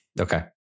Okay